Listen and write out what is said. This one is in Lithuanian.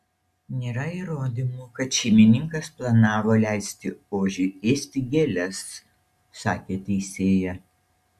nėra įrodymų kad šeimininkas planavo leisti ožiui ėsti gėles sakė teisėja